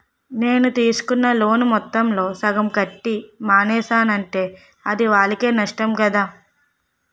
నేను తీసుకున్న లోను మొత్తంలో సగం కట్టి మానేసానంటే అది వాళ్ళకే నష్టం కదా